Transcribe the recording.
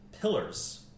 pillars